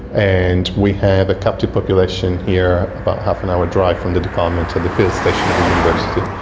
and we have a captive population here about half an hour drive from the department at the field station of the university,